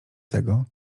tego